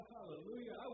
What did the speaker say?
Hallelujah